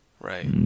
right